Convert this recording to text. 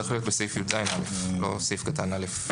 בסעיף 10יז(א) ולא בסעיף קטן (א).